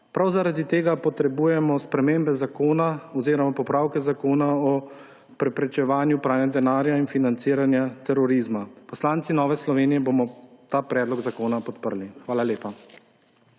Prav zaradi tega potrebujemo spremembe zakona oziroma popravke Zakona o preprečevanju pranja denarja in financiranja terorizma. Poslanci Nove Slovenije bomo ta predlog zakona podprli. Hvala lepa.